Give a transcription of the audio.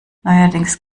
neuerdings